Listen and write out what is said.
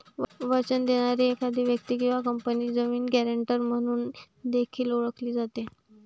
वचन देणारी एखादी व्यक्ती किंवा कंपनी जामीन, गॅरेंटर म्हणून देखील ओळखली जाते